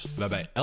waarbij